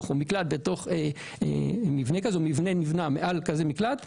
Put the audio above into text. מקלט בתוך מבנה כזה או נבנה מבנה מעל מקלט כזה,